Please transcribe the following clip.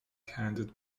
handed